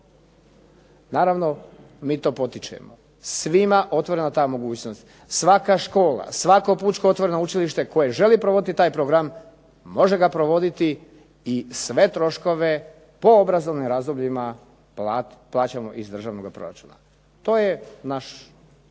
Naravno mi to potičemo. Svima je otvorena ta mogućnost. Svaka škola, svako pučko otvoreno učilište koje želi provoditi taj program može ga provoditi i sve troškove po obrazovnim razdobljima plaćamo iz državnoga proračuna. To je naš